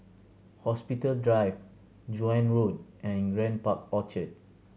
Hospital Drive Joan Road and Grand Park Orchard